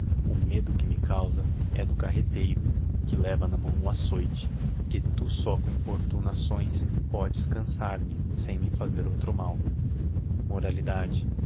o medo que me causa he do carreteiro que leva na mão o açoite que tu só lio fabulas com importunações poes cançar me sem me fazer outro mal